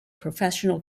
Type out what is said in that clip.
professional